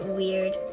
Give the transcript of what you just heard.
weird